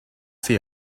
see